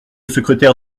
secrétaire